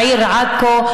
בעיר עכו,